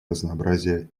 разнообразие